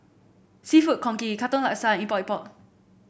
seafood congee Katong Laksa Epok Epok